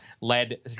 led